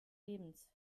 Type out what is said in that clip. lebens